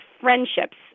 friendships